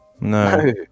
No